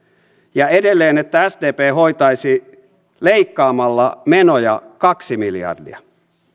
ja edelleen että sdp hoitaisi leikkaamalla menoja kaksi miljardia